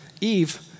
Eve